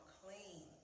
clean